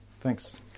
Thanks